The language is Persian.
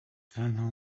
تنها